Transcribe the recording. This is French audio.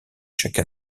chaque